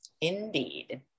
Indeed